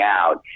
out